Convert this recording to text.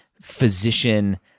physician